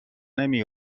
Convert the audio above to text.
نمی